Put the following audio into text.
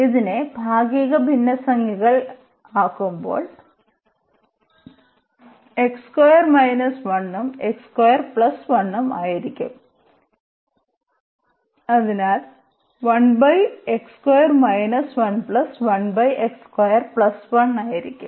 ഇതിനെ ഭാഗിക ഭിന്നസംഖ്യകൾ ആക്കുമ്പോൾ ആയിരിക്കും അതിനാൽ ആയിരിക്കും